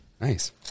Nice